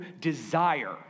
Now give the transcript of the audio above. desire